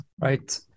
Right